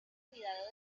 cuidado